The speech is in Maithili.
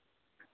हँ